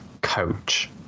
coach